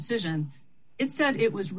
decision it said it was